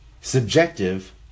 subjective